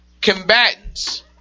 combatants